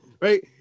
right